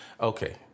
Okay